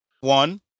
One